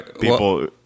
people